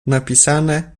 napisane